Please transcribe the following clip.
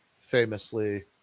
famously